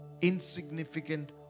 insignificant